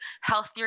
healthier